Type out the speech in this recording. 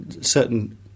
certain